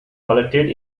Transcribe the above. collected